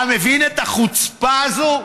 אתה מבין את החוצפה הזאת?